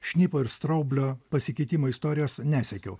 šnipo ir straublio pasikeitimo istorijos nesekiau